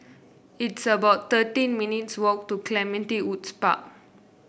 it's about thirteen minutes' walk to Clementi Woods Park